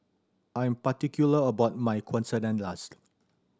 I am particular about my Quesadillas